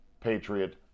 Patriot